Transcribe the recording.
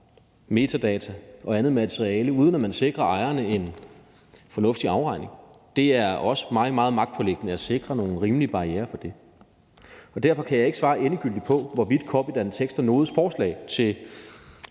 og andet materiale, uden at man sikrer ejerne en fornuftig afregning. Det er også mig meget magtpåliggende at sikre nogle rimelige barrierer for det. Derfor kan jeg ikke svare endegyldigt på, hvorvidt Copydan Tekst & Nodes forslag til